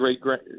great